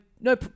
No